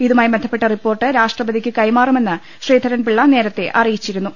ഇതുമായി ബന്ധപ്പെട്ട റിപ്പോർട്ട് രാഷ്ട്രപതിയ്ക്ക് കൈമാറുമെന്ന് ശ്രീധരൻപിള്ള നേരത്തെ അറിയിച്ചിരു ന്നു